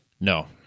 No